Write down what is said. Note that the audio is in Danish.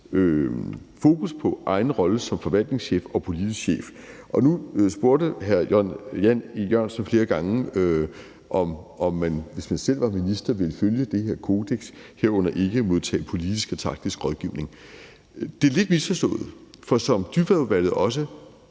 egen rolle som forvaltningschef og politisk chef. Nu spurgte hr. Jan E. Jørgensen flere gange, om man, hvis man selv var minister, ville følge det her kodeks, herunder ikke at modtage politisk og taktisk rådgivning. Det er lidt misforstået, for som Dybvadudvalget også